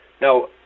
Now